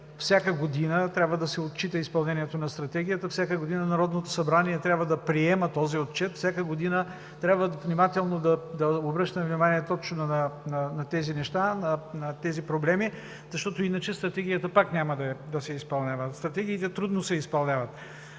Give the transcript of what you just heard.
всяка година трябва да се отчита нейното изпълнение, всяка година Народното събрание трябва да приема този Отчет. Всяка година трябва да обръщаме внимание точно на тези неща, на тези проблеми, защото иначе Стратегията пак няма да се изпълнява. Стратегиите трудно се изпълняват.